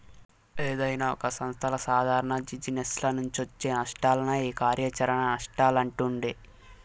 ఏదైనా ఒక సంస్థల సాదారణ జిజినెస్ల నుంచొచ్చే నష్టాలనే ఈ కార్యాచరణ నష్టాలంటుండె